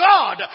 God